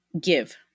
Give